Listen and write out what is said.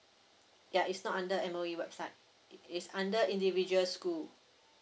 ya it's not under M_O_E website it's under individual school